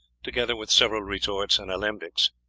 together with several retorts and alembics.